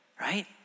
right